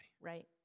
Right